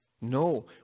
No